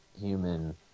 human